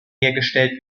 hergestellt